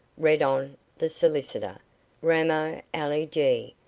read on the solicitor ramo ali jee,